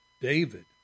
David